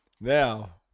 Now